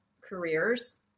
careers